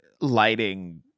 lighting